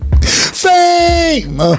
fame